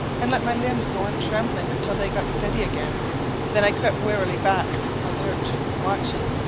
and let my limbs go on trembling until they got steady again then i crept warily back, alert, watching,